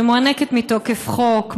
שמוענקות מתוקף חוק,